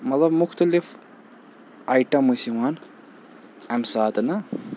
مطلب مُختلِف آیٹَم ٲسۍ یِوان اَمہِ ساتہٕ نہٕ